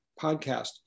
podcast